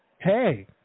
hey